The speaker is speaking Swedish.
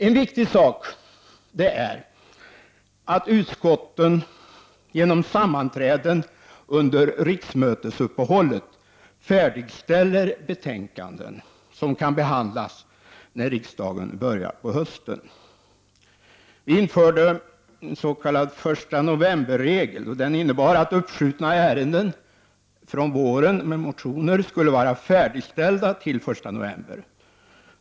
En viktig sak är att utskotten genom sammanträden under riksmötesuppehållet färdigställer betänkanden som kan behandlas när riksdagen börjar på hösten. Vi införde den s.k. 1-novemberregeln, vilket innebar att uppskjutna ärenden med motioner från våren skulle vara färdigställda den 1 november.